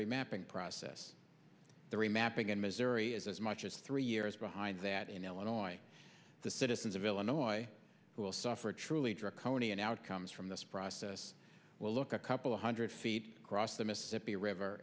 remapping process the remapping in missouri is as much as three years behind that in illinois the citizens of illinois who will suffer truly draconian outcomes from this process will look a couple hundred feet across the mississippi river